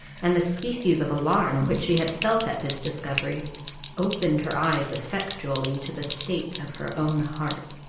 and the species of alarm which she had felt at this discovery opened her eyes effectually to the state of her own heart.